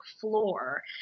floor